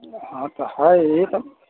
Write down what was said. हँ तऽ हइ ई तऽ